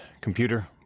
Computer